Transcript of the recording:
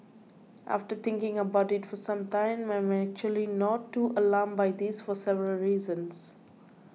after thinking about it for some time I am actually not too alarmed by this for several reasons